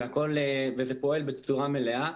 זה פועל בצורה מלאה.